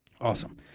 Awesome